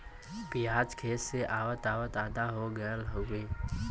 पियाज खेत से आवत आवत आधा हो गयल हउवे